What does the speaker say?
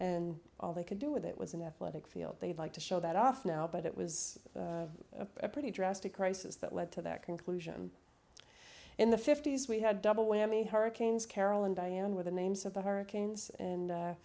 and all they could do with it was an epileptic feel they'd like to show that off now but it was pretty drastic crisis that led to that conclusion in the fifty's we had double whammy hurricanes carol and diane were the names of the hurricanes and